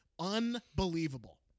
Unbelievable